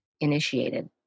initiated